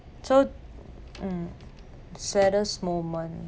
so um saddest moment